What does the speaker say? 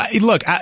look